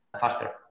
faster